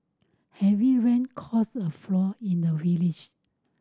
heavy rain caused a flood in the village